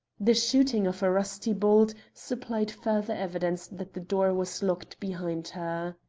the shooting of a rusty bolt supplied further evidence that the door was locked behind her.